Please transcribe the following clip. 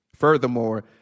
Furthermore